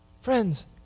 Friends